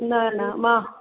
न न मां